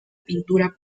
pintura